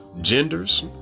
genders